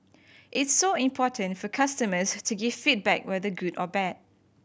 it's so important for customers to give feedback whether good or bad